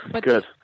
good